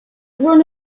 run